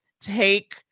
take